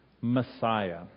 Messiah